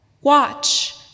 Watch